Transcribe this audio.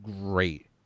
great